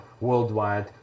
worldwide